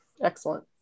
Excellent